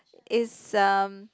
it's um